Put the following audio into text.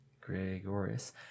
Gregorius